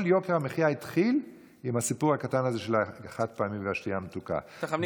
כל יוקר המחיה התחיל עם הסיפור הקטן הזה של החד-פעמי והמשקאות המתוקים.